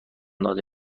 داده